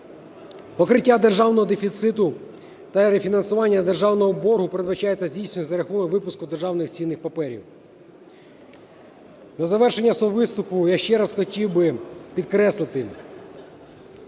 Покриття державного дефіциту та рефінансування державного боргу передбачається здійснювати за рахунок випуску державних цінних паперів. На завершення свого виступу я ще раз хотів би підкреслити: